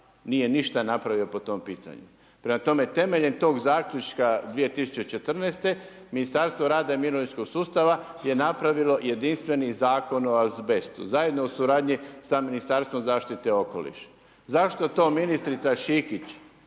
nije ništa napravio po tom pitanju. Prema tome temeljem tog zaključka 2014. Ministarstvo rada i mirovinskog sustava je napravilo jedinstveni Zakon o azbestu zajedno u suradnji sa Ministarstvom zaštite okoliša. Zašto to ministrica Šikić